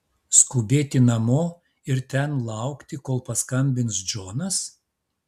skubėti namo ir ten laukti kol paskambins džonas